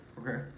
Okay